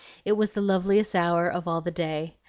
it was the loveliest hour of all the day.